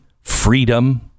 freedom